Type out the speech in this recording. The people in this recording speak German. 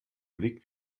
blick